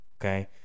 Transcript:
Okay